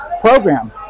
program